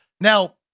Now